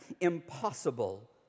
impossible